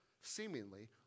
seemingly